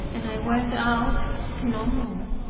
and i went out no more.